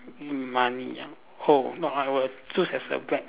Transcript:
mm money ah oh I will choose as a vet